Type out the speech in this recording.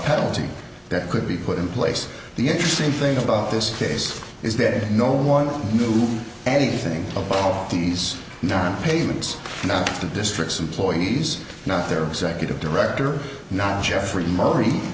penalty that could be put in place the interesting thing about this case is that no one knew anything of all these non payments not the district's employees not their executive director not jeffrey m